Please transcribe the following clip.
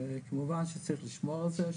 שכמובן צריך לשמור על זה,